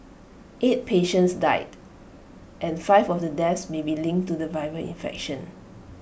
eight patients died and five of the deaths may be linked to the viral infection